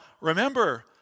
remember